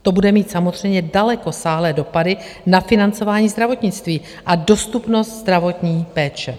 To bude mít samozřejmě dalekosáhlé dopady na financování zdravotnictví a dostupnost zdravotní péče.